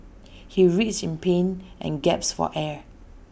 he writhed in pain and gasped for air